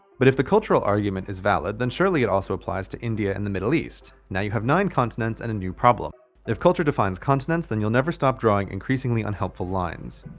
but if the cultural argument is valid then surely it also applies to india and the middle east. now you have nine continents and a new problem if culture defines continents then you'll never stop drawing increasingly unhelpful lines.